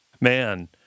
Man